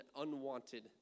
unwanted